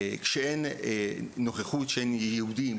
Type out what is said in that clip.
כשאין נוכחות של יהודים,